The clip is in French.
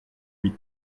huit